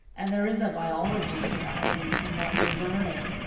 and there is a biology to that and and that we're learning.